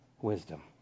wisdom